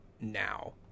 now